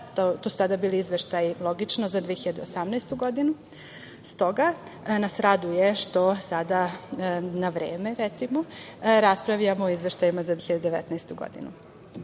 To su tada bili izveštaji, logično, za 2018. godinu. S toga nas raduje što sada na vreme, recimo, raspravljamo o izveštajima za 2019.